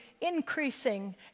increasing